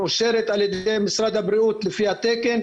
מאושרת על ידי משרד הבריאות לפי התקן.